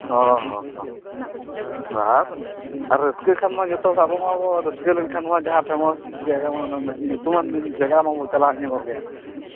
ᱚ ᱦᱚᱸ ᱟᱨ ᱟᱨ ᱨᱟᱹᱥᱠᱟᱹ ᱠᱷᱟᱱᱢᱟ ᱡᱚᱛᱚ ᱟᱵᱚᱢᱟᱵᱚ ᱨᱟᱹᱥᱠᱟᱹ ᱞᱮᱱᱠᱷᱟᱱᱢᱟ ᱡᱟᱦᱟᱸ ᱯᱷᱮ ᱢᱟᱥ ᱡᱟᱭᱜᱟᱢᱟ ᱚᱱᱟ ᱧᱩᱛᱩᱢᱟᱱ ᱡᱟᱭᱜᱟᱢᱟᱵᱚ ᱪᱟᱞᱟᱣ ᱧᱚᱜᱚᱜ ᱜᱮᱭᱟ